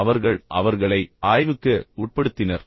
அவர்கள் அவர்களை ஆய்வுக்கு உட்படுத்தினர்